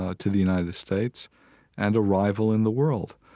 ah to the united states and a rival in the world.